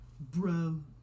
Bro